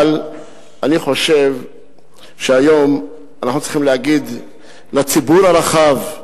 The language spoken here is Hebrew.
אבל אני חושב שהיום אנחנו צריכים להגיד לציבור הרחב,